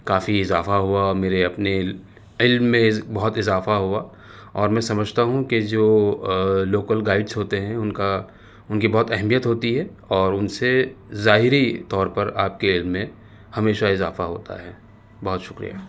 کافی اضافہ ہوا میرے اپنے علم میں بہت اضافہ ہوا اور میں سمجھتا ہوں کہ جو لوکل گائڈس ہوتے ہیں ان کا ان کی بہت اہمیت ہوتی ہے اور ان سے ظاہری طور پر آپ کے علم میں ہمیشہ اضافہ ہوتا ہے بہت شکریہ